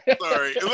sorry